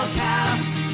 cast